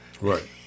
Right